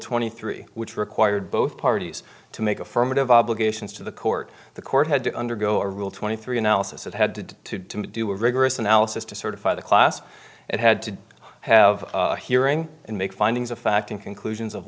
three which required both parties to make affirmative obligations to the court the court had to undergo a rule twenty three analysis that had to do a rigorous analysis to certify the class it had to have a hearing and make findings of fact in conclusions of